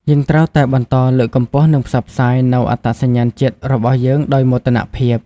យើងត្រូវតែបន្តលើកកម្ពស់និងផ្សព្វផ្សាយនូវអត្តសញ្ញាណជាតិរបស់យើងដោយមោទនភាព។